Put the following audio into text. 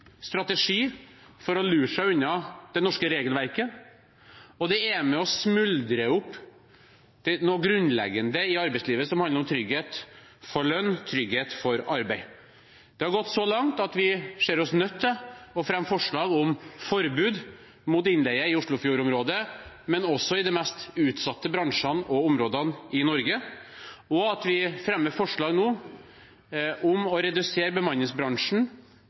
strategi for å lure seg unna det norske regelverket. Det er med på å smuldre opp noe grunnleggende i arbeidslivet, som handler om trygghet for lønn, trygghet for arbeid. Det har gått så langt at vi ser oss nødt til å fremme forslag om forbud mot innleie i Oslofjord-området, men også i de mest utsatte bransjene og områdene i Norge, og å fremme forslag om å redusere bemanningsbransjen